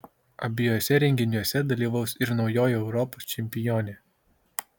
abiejuose renginiuose dalyvaus ir naujoji europos čempionė